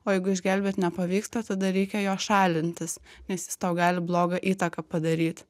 o jeigu išgelbėt nepavyksta tada reikia jo šalintis nes jis tau gali blogą įtaką padaryt